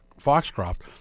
Foxcroft